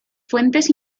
fuentes